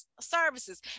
services